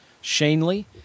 Shanley